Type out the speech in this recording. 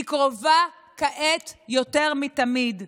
היא קרובה כעת יותר מתמיד.